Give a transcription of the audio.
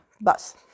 bus